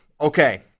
okay